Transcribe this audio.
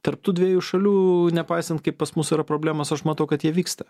tarp tų dviejų šalių nepaisant kaip pas mus yra problemos aš matau kad jie vyksta